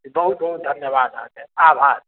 एकदम बहुत बहुत धन्यवाद अहाँकेॅं आभार